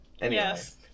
Yes